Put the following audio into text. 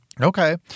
Okay